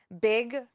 big